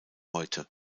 heute